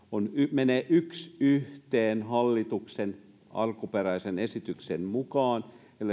menee yksi yhteen hallituksen alkuperäisen esityksen mukaan